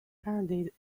parodied